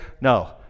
No